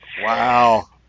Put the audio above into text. Wow